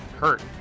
hurt